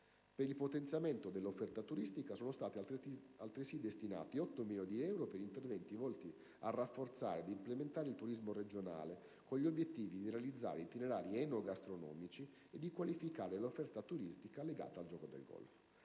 Per il potenziamento dell'offerta turistica sono stati altresì destinati otto milioni di euro per interventi volti a rafforzare ed implementare il turismo regionale con gli obiettivi di realizzare itinerari enogastronomici e di qualificare l'offerta turistica legata al gioco del golf.